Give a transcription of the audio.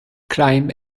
climb